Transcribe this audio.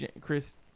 Chris